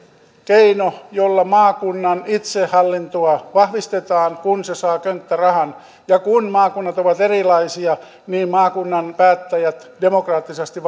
keino jolla maakunnan itsehallintoa vahvistetaan kun se saa könttärahan ja kun maakunnat ovat erilaisia niin maakunnan päättäjät demokraattisesti